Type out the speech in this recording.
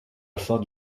afin